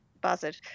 buzzard